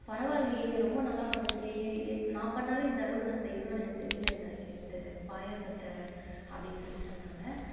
பரவாயில்லையே ரொம்ப நல்லா பண்ணியிருக்கியே இது நான் பண்ணிணாலே இந்த அளவுக்கு நான் செய்வேனான்னு எனக்கு தெரியல இந்த இந்த பாயாசத்தை அப்படின்னு சொல்லி சொன்னாங்க